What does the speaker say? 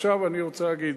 עכשיו, אני רוצה להגיד,